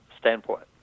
standpoint